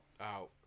out